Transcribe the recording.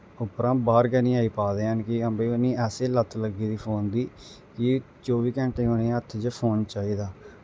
उप्परा बाह्र गै निं आई पा दे हैन हां कि भाई उ'नेंगी ऐसी लत्त लग्गी दी फोन दी कि चौबी घैंटे उ'नेंगी हत्थ च फोन चाहिदा